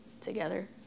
together